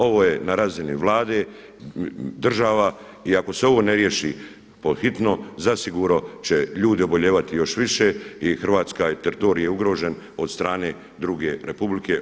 Ovo je na razini Vlade, država i ako se ovo ne riješi pod hitno zasigurno će ljudi obolijevati još više i Hrvatska i teritorij je ugrožen od strane druge republike.